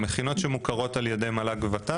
המכינות שמוכרות על ידי המועצה להשכלה גבוהה והוועדה